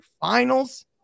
finals